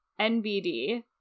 NBD